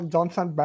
Johnson